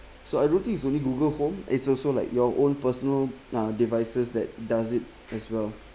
so I don't think it's only google home it's also like your own personal uh devices that does it as well